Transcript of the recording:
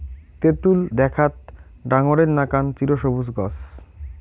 তেতুল দ্যাখ্যাত ডাঙরের নাকান চিরসবুজ গছ